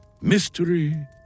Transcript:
Mystery